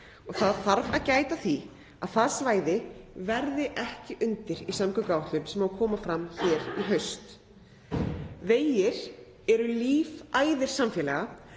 og það þarf að gæta að því að það svæði verði ekki undir í samgönguáætlun sem á að koma fram hér í haust. Vegir eru lífæðar samfélaga